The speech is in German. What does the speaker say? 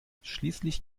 schließlich